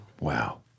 Wow